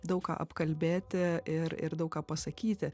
daug ką apkalbėti ir ir daug ką pasakyti